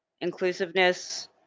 inclusiveness